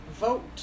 vote